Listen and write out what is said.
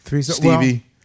Stevie